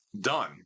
done